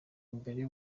mbere